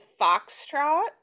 foxtrot